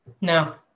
No